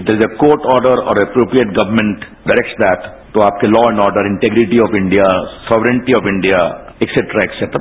it is a court order और appropriate government directs that र्ता आपके लॉ एंड ऑर्ज इंटीप्रेटी ऑफ इंडिया सॉक्टर्टी ऑफ इंडिया एसेट्रा एसेट्रा